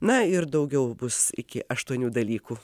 na ir daugiau bus iki aštuonių dalykų